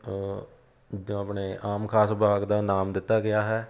ਜਿੱਦਾਂ ਆਪਣੇ ਆਮ ਖਾਸ ਬਾਗ ਦਾ ਨਾਮ ਦਿੱਤਾ ਗਿਆ ਹੈ